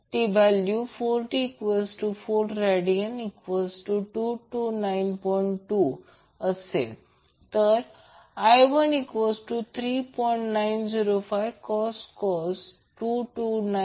ती value 4t4rad229